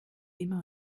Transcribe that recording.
immer